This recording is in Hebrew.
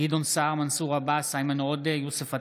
גדעון סער, מנסור עבאס, איימן עודה, יוסף עטאונה.